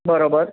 बरोबर